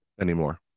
anymore